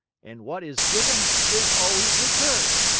and what is given is always returned.